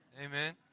Amen